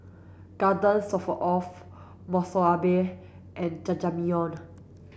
Garden Stroganoff Monsunabe and Jajangmyeon